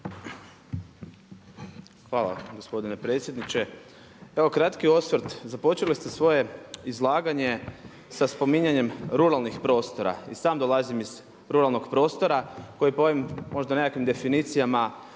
Hvala gospodine predsjedniče. Evo kratki osvrt, započeli ste svoje izlaganje sa spominjanjem ruralnih prostora. I sam dolazim iz ruralnog prostora koji po ovim možda nekim definicijama